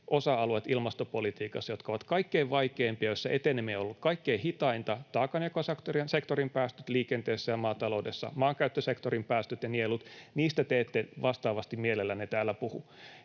osa-alueista ilmastopolitiikassa, jotka ovat kaikkein vaikeimpia ja joissa eteneminen ollut kaikkein hitainta, eli taakanjakosektorin päästöistä liikenteessä ja maataloudessa, maankäyttösektorin päästöistä ja nieluista. Ja minä toivoisin, että te